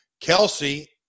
Kelsey